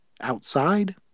outside